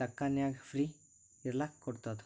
ದವ್ಖಾನ್ಯಾಗ್ free ಇರ್ಲಕ್ ಕೋಡ್ತುದ್